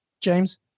James